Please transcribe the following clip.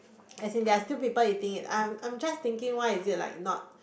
as in there are still people eating it I'm I'm just thinking like why is it like not